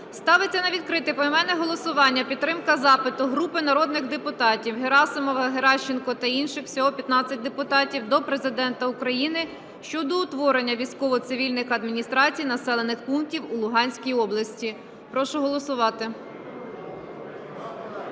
Ставиться на відкрите поіменне голосування підтримка запиту групи народних депутатів (Герасимова, Геращенко та інших. Всього 15 депутатів) до Президента України щодо утворення військово-цивільних адміністрацій населених пунктів у Луганській області. Прошу голосувати.